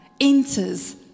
enters